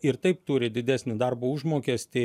ir taip turi didesnį darbo užmokestį